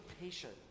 patient